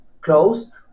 closed